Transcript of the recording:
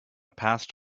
passed